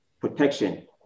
protection